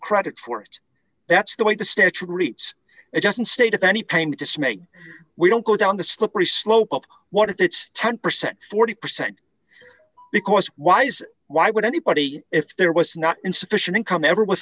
credit for it that's the way the statute treats it doesn't state if any pain dismay we don't go down the slippery slope of what if it's ten percent forty percent because ys why would anybody if there was not insufficient income ever